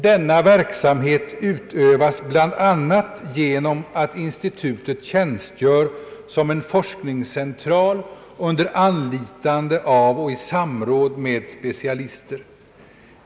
Denna verksamhet utövas bl.a. genom att institutet tjänstgör som en forskningscentral under an litande av och i samråd med specialister.